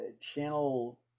channel